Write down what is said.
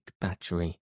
battery